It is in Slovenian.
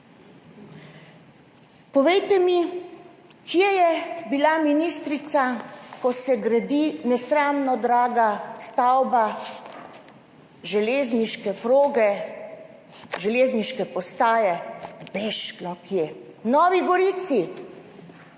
Povejte mi, kje je bila ministrica, ko se gradi nesramno draga stavba železniške proge železniške postaje, bejž no kje, v Novi Gorici.